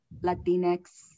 Latinx